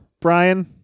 Brian